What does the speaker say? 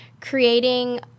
creating